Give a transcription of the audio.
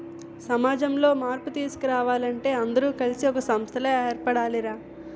సమాజంలో మార్పు తీసుకురావాలంటే అందరూ కలిసి ఒక సంస్థలా ఏర్పడాలి రా